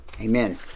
Amen